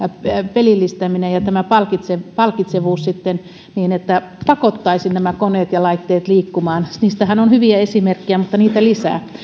pelillistäminen ja tämä palkitsevuus palkitsevuus sitten niin että koneet ja laitteet pakottaisivat liikkumaan niistähän on hyviä esimerkkejä mutta niitä lisää